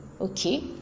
Okay